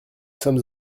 sommes